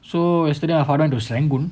so yesterday according to serangoon